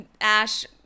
Ash